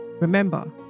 remember